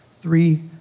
three